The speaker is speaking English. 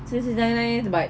sedih dan lain-lain but